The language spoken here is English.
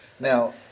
now